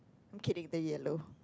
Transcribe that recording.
I'm kidding the yellow